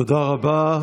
תודה רבה.